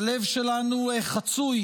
הלב שלנו חצוי